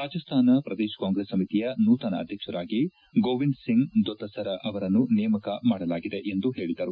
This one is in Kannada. ರಾಜಸ್ಥಾನ ಪ್ರದೇಶ್ ಕಾಂಗ್ರೆಸ್ ಸಮಿತಿಯ ನೂತನ ಅಧ್ಯಕ್ಷರಾಗಿ ಗೋವಿಂದ್ ಸಿಂಗ್ ದೊತಸರ ಅವರನ್ನು ನೇಮಕ ಮಾಡಲಾಗಿದೆ ಎಂದು ಹೇಳಿದರು